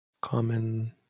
common